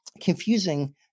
confusing